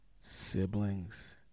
siblings